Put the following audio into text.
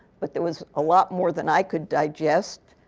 but there was a lot more than i could digest.